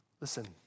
Listen